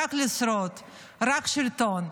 רק לשרוד, רק שלטון.